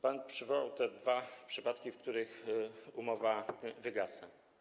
Pan przywołał te dwa przypadki, w których umowa wygasa.